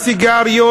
הסיגריות,